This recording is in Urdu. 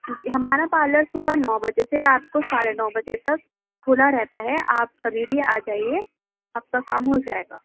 ہمارا پارلر صبح نو بجے سے رات کو ساڑھے نو بجے تک کھلا رہتا ہے آپ کبھی بھی آ جائیے آپ کا کام ہو جائے گا